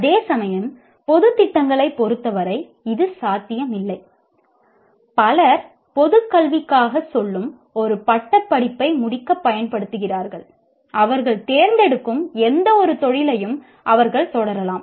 அதேசமயம் பொதுத் திட்டங்களைப் பொறுத்தவரை இது சாத்தியமில்லை பலர் பொதுக் கல்விக்காகச் சொல்லும் ஒரு பட்டப்படிப்பை முடிக்கப் பயன்படுத்துகிறார்கள் அவர்கள் தேர்ந்தெடுக்கும் எந்தவொரு தொழிலையும் அவர்கள் தொடரலாம்